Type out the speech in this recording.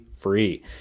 Free